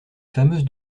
fameuse